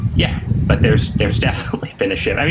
yeah. but there's there's definitely been a shift.